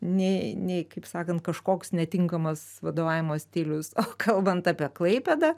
nei nei kaip sakant kažkoks netinkamas vadovavimo stilius o kalbant apie klaipėdą